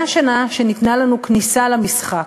100 שנה שניתנה לנו כניסה למשחק.